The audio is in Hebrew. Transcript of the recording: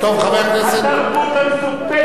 התרבות המזופתת,